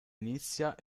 inizia